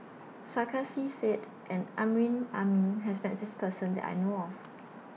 Sarkasi Said and Amrin Amin has Met This Person that I know of